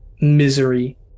misery